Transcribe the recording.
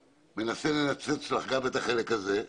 מנסה לנצנץ לך גם את החלק הזה,